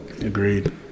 agreed